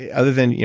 ah other than,